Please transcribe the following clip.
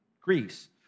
Greece